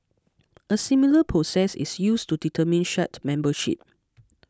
a similar process is used to determine shard membership